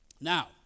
Now